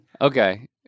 Okay